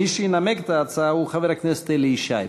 מי שינמק את ההצעה הוא חבר הכנסת אלי ישי.